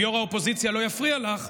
אם יו"ר האופוזיציה לא יפריע לך,